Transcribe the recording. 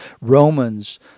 Romans